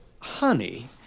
Honey